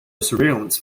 surveillance